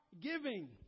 giving